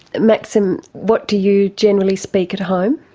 maxim what do you generally speak at home?